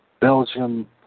Belgium